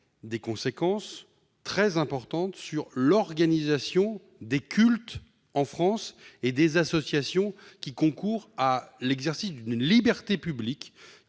des conséquences très importantes sur l'organisation historique des cultes en France et des associations qui concourent à l'exercice de cette liberté publique.